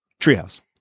Treehouse